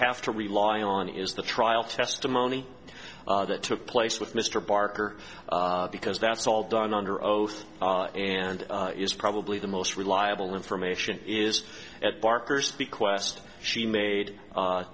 have to rely on is the trial testimony that took place with mr barker because that's all done under oath and is probably the most reliable information is at barker's bequest she made